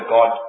God